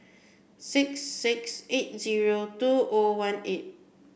six six eight zero two O one eight